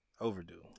overdue